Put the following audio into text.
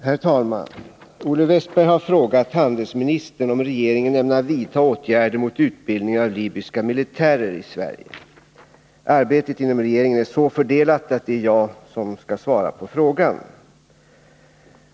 Herr talman! Olle Wästberg i Stockholm har frågat handelsministern om regeringen ämnar vidta åtgärder mot utbildningen av libyska militärer i 169 Sverige. Arbetet inom regeringen är så fördelat att det är jag som skall svara på frågan.